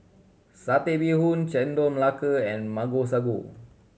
Satay Bee Hoon Chendol Melaka and Mango Sago